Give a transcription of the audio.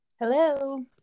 Hello